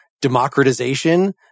democratization